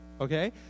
okay